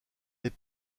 les